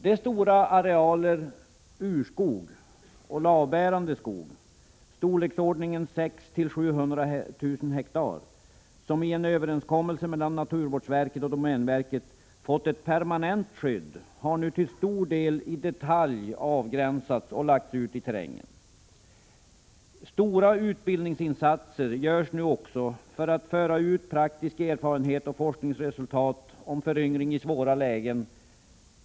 De stora arealer urskog och lavbärande skog i storleksordningen 600 000 700 000 hektar som i en överenskommelse mellan naturvårdsverket och domänverket fått ett permanent skydd har nu till stor del avgränsats i detalj och lagts ut i terrängen. Stora utbildningsansatser görs också för att föra ut praktisk erfarenhet och forskningsresultat om föryngring i svåra lägen.